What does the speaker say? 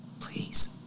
Please